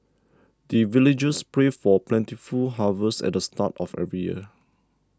the villagers pray for plentiful harvest at the start of every year